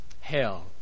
Hell